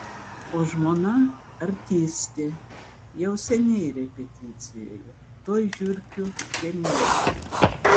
o žmona artistė jau seniai repeticijoje tuoj žiurkių premjera